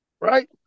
right